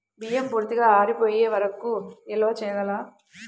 బియ్యం పూర్తిగా ఆరిపోయే వరకు నిల్వ చేయాలా?